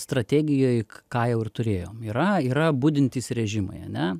strategijoj ką jau ir turėjom yra yra budintys režimai ane